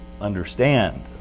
understand